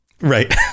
Right